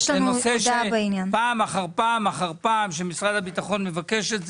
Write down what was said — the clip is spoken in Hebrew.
זה נושא שפעם אחר פעם משרד הביטחון מבקש.